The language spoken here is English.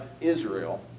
israel